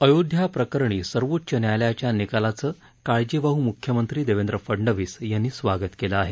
अयोध्या प्रकरणी सर्वोच्च न्यायालयाच्या निकालाचं काळजीवाह मुख्यमंत्री देवेंद्र फडणवीस यांनी स्वागत केलं आहे